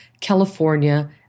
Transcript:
California